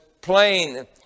plain